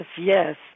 yes